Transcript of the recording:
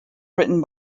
written